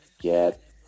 Get